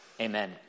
Amen